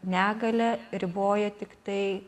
negalia riboja tiktai